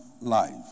life